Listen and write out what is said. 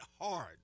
hard